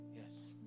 yes